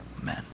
Amen